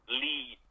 lead